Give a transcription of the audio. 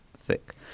thick